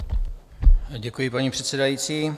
Děkuji, paní předsedající.